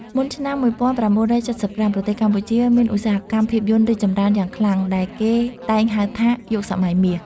មុនឆ្នាំ ១៩៧៥ ប្រទេសកម្ពុជាមានឧស្សាហកម្មភាពយន្តរីកចម្រើនយ៉ាងខ្លាំង ដែលគេតែងហៅថា យុគសម័យមាស។